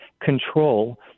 control